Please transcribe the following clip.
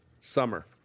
Summer